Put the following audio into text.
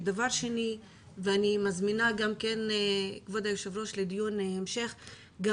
אני מזמינה כבוד היושב ראש לדיון המשך את